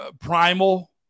primal